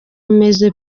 meze